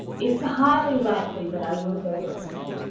it's highly likely that i will go for a swim.